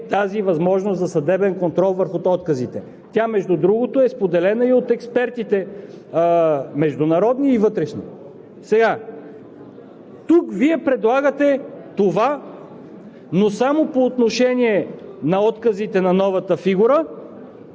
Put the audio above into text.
тази възможност за съдебен контрол върху отказите. Тя, между другото, е споделена и от експертите – международни и вътрешни. Тук Вие предлагате това, но само по отношение на отказите на новата фигура,